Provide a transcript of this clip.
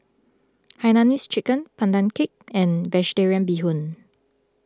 Hainanese Chicken Pandan Cake and Vegetarian Bee Hoon